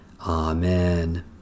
Amen